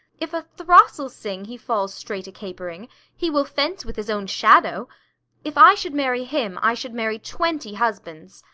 if a throstle sing he falls straight a-capering he will fence with his own shadow if i should marry him, i should marry twenty husbands.